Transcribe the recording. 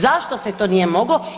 Zašto se to nije moglo?